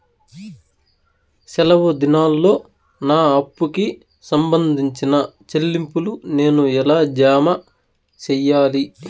సెలవు దినాల్లో నా అప్పుకి సంబంధించిన చెల్లింపులు నేను ఎలా జామ సెయ్యాలి?